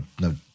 no